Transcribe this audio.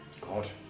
god